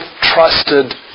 trusted